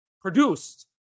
Produced